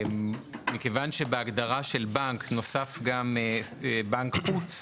מכיוון שבהגדרה של בנק נוסף גם בנק חוץ,